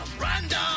Random